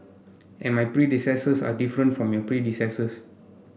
and my predecessors are different from your predecessors